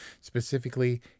Specifically